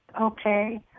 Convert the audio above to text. Okay